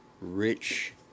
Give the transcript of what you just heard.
Rich